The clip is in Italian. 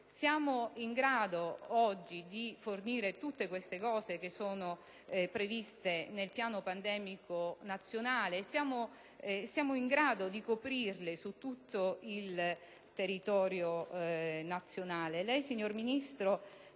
Siamo in grado oggi di fornire tutte queste cose che sono previste nel Piano pandemico nazionale? Siamo in grado di offrirle su tutto il territorio nazionale?